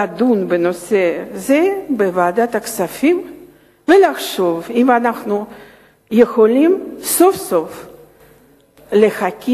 לדון בנושא זה בוועדת הכספים ולחשוב אם אנחנו יכולים סוף-סוף להכיר,